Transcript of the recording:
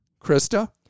Krista